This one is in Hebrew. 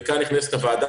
וכאן נכנסת הוועדה,